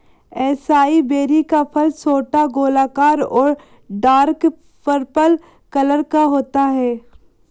acai berry का फल छोटा, गोलाकार और डार्क पर्पल कलर का होता है